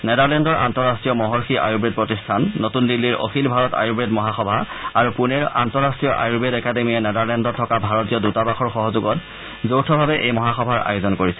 নেডাৰলেণ্ডৰ আন্তঃৰাষ্ট্ৰীয় মহৰ্ষি আয়ুৰ্বেদ প্ৰতিষ্ঠান নতুন দিল্লীৰ অখিল ভাৰত আয়ুৰ্বেদ মহাসভা আৰু পুনেৰ আন্তঃৰাষ্ট্ৰীয় আয়ূৰ্বেদ একাডেমীয়ে নেডাৰলেণ্ডত থকা ভাৰতীয় দৃতাবাসৰ সহযোগত যৌথভাৱে এই মহাসভাৰ আয়োজন কৰিছে